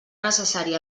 necessari